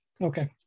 Okay